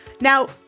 Now